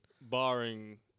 Barring